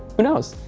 who knows.